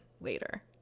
later